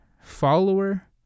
Follower